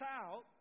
out